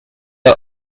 all